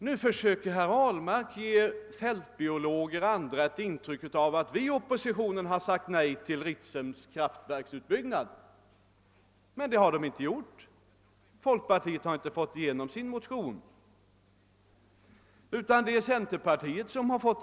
Herr Ahlmark försöker nu ge fältbiologer och andra det intrycket att oppositionen har sagt nej till Ritsems kraftverksutbyggnad. Men det har den inte gjort. Folkpartiet har inte fått sin motion tillstyrkt. Däremot har centerpartiet fått sin motion tillstyrkt.